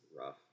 rough